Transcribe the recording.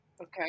Okay